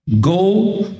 Go